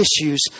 issues